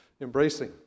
embracing